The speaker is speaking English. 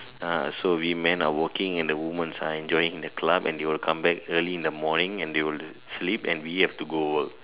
ah so we men are working and the women's are enjoying the club and they will come back early in the morning and will sleep and we have to go work